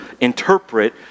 interpret